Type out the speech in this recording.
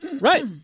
Right